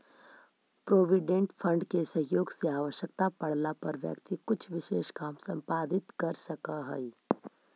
provident fund के सहयोग से आवश्यकता पड़ला पर व्यक्ति कुछ विशेष काम संपादित कर सकऽ हई